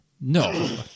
No